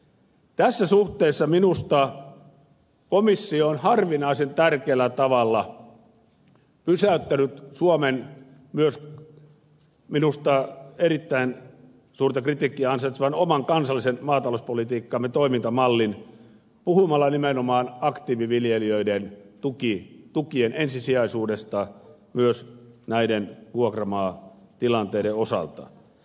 tässä suhteessa minusta komissio on harvinaisen tärkeällä tavalla pysäyttänyt suomen myös minusta erittäin suurta kritiikkiä ansaitsevan kansallisen maatalouspolitiikan toimintamallin puhumalla nimenomaan aktiiviviljelijöiden tukien ensisijaisuudesta myös näiden vuokramaatilanteiden osalta